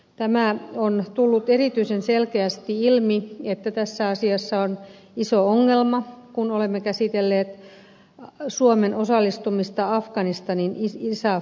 tämä on tullut erityisen selkeästi ilmi että tässä asiassa on iso ongelma kun olemme käsitelleet suomen osallistumista afganistanin isaf operaatioon